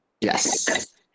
Yes